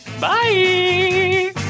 Bye